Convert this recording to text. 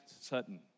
Sutton